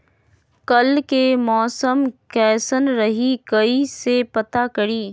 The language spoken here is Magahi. कल के मौसम कैसन रही कई से पता करी?